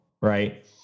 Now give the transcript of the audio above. Right